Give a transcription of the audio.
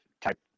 type